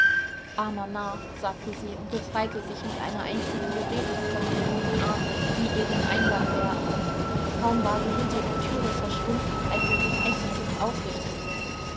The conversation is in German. sagte sie und befreite sich mit einer einzigen bewegung von den dürren armen die ihr den eingang wehrten kaum war sie hinter der türe verschwunden als er sich ächzend aufrichtete